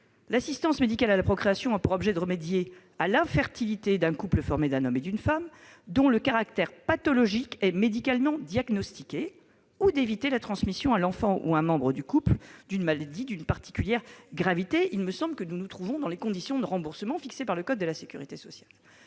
L'assistance médicale à la procréation a pour objet de remédier à l'infertilité d'un couple formé d'un homme et d'une femme dont le caractère pathologique est médicalement diagnostiqué ou d'éviter la transmission à l'enfant ou un membre du couple d'une maladie d'une particulière gravité. » Il me semble que nous nous trouvons là dans les conditions de remboursement fixées par le code de la sécurité sociale.